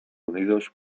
unidos